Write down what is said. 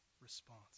response